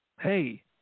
hey